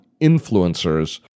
influencers